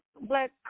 black